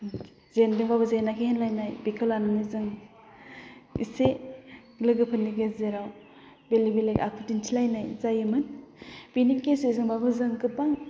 जेनदोंब्लाबो जेनाखै होनलायनाय बेखौ लानानै जों एसे लोगोफोरनि गेजेराव बेलेग बेलेग आखु दिन्थिलायनाय जायोमोन बिनि गेजेरजोंब्लाबो जों गोबां